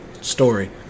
story